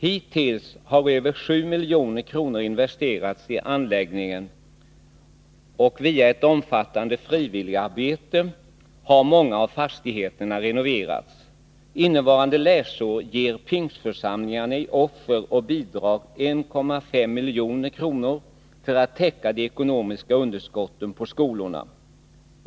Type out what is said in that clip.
Hittills har över 7 miljoner kr. investerats i anläggningen och via ett omfattande frivilligarbete har många av fastigheterna renoverats. Innevarande läsår ger pingstförsamlingarna i offer och bidrag 1,5 miljoner kr. för att täcka de ekonomiska underskotten på skolorna.